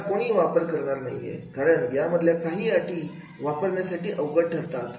याला कोणी वापरणार नाहीये कारण यामधल्या काही अटी वापरण्यासाठी अवघड ठरतात